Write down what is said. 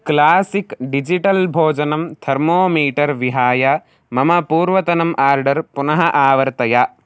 classic digital भोजनं thermometer विहाय मम पूर्वतनम् आर्डर् पुनः आवर्तय